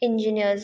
engineers